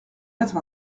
être